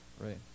Right